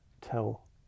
tell